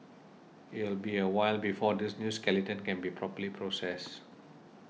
it will be a while before this new skeleton can be properly processed